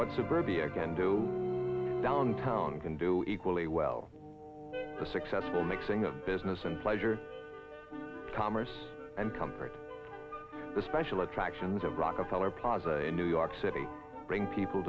what suburbia can do downtown can do equally well the successful mixing of business and pleasure commerce and comfort the special attractions of rockefeller plaza in new york city bring people